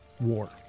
war